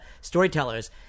Storytellers